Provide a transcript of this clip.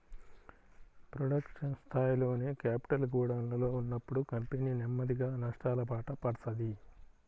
production స్థాయిలోనే capital గోడౌన్లలో ఉన్నప్పుడు కంపెనీ నెమ్మదిగా నష్టాలబాట పడతది